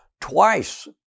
Twice